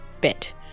bit